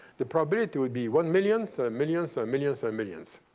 the probability would be one millionth, a a millionth, a a millionth, a millionth.